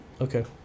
Okay